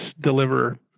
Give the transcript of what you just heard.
deliver